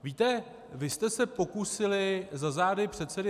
Víte, vy jste se pokusili za zády předsedy